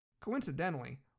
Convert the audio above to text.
Coincidentally